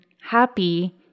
happy